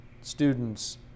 students